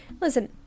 listen